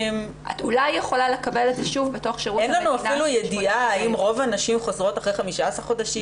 אין לנו אפילו ידיעה האם רוב הנשים חוזרות אחרי 15 שבועות?